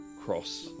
cross